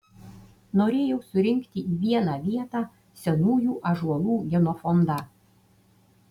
norėjau surinkti į vieną vietą senųjų ąžuolų genofondą